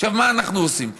עכשיו, מה אנחנו עושים פה?